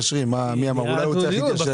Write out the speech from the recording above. מי אמר שזו הדרך הישרה?